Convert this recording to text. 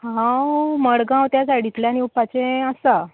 हांव मडगांव त्या सायडिंतल्यान येवपाचें आसा